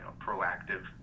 proactive